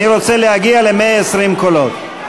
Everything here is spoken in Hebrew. אני רוצה להגיע ל-120 קולות.